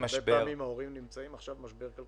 יש הורים שנמצאים עכשיו במשבר כלכלי.